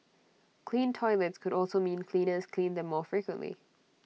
clean toilets could also mean cleaners clean them more frequently